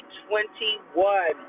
2021